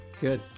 Good